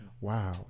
Wow